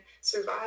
survive